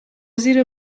زیر